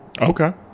okay